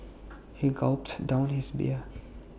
he gulped down his beer